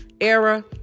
era